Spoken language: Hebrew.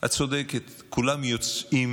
את צודקת, כולם יוצאים